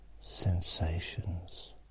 sensations